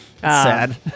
sad